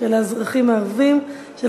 של האזרחים הערבים, מס'